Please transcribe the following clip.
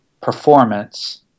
performance